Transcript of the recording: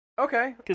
Okay